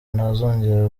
ntazongera